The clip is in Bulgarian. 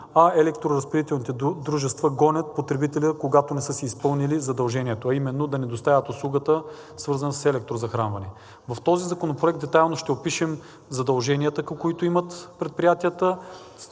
а електроразпределителните дружества гонят потребителя, когато не са си изпълнили задължението, а именно да не доставят услугата, свързана с електрозахранване. В този законопроект детайлно ще опишем задълженията, които имат предприятията,